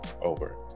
over